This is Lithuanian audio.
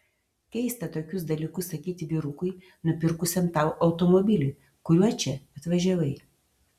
keista tokius dalykus sakyti vyrukui nupirkusiam tau automobilį kuriuo čia atvažiavai